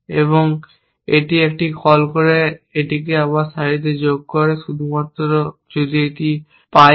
এবং এটি একটি কল করে এটি সারিতে যোগ করে শুধুমাত্র যদি এটি পাই করে